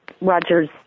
Roger's